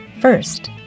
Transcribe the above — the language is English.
First